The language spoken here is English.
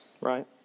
right